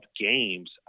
games